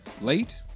Late